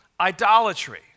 idolatry